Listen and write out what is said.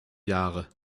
jahre